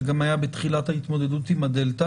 זה גם היה בתחילת ההתמודדות עם הדלתא.